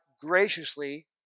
graciously